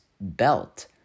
belt